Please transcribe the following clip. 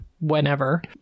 whenever